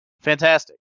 fantastic